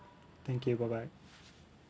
thank you bye bye